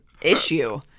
issue